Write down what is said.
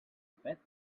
pet